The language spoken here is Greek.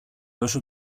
δώσω